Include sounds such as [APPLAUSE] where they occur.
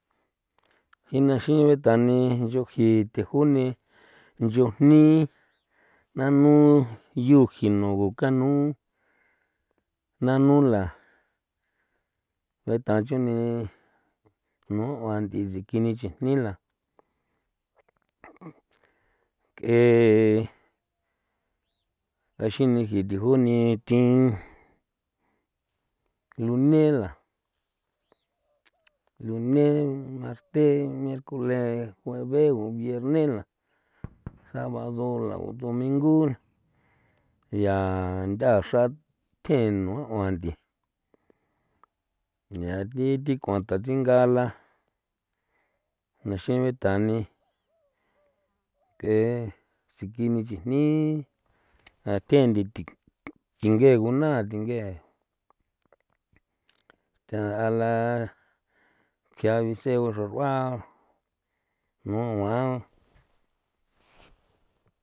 [NOISE] jina xin betan ni nchu jithi june nchu jnii [NOISE] nanu yu jino ku kanu nanu la betan chuni jnu 'uan nthi sikin ni chijni la [NOISE] nk'e ngaxi'in ni jii junee thin lune la [NOISE] lune, [NOISE] marte, miercole, jueve o vierne la [NOISE] sábado la o domingu ya ntha'a xra then nua auan nthi [NOISE] ya thi thi k'uan tatsinga la naxin betan ni [NOISE] t'e sikini chijni [NOISE] jan the ndi thi [NOISE] thinge nguna thinge [NOISE] ta a la kiabise o xraru'a nu uan. [NOISE]